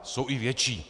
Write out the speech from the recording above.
Jsou i větší.